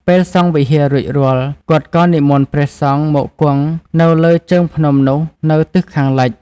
ពេលសង់វិហាររួចរាល់ គាត់ក៏និមន្តព្រះសង្ឃមកគង់នៅលើជើងភ្នំនោះនៅទិសខាងលិច។